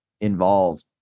involved